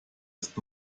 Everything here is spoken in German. ist